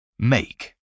Make